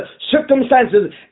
circumstances